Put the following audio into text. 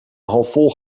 halfvol